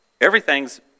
Everything's